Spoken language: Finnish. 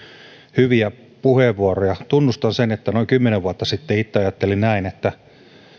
hyviä puheenvuoroja tunnustan sen että noin kymmenen vuotta sitten itse ajattelin että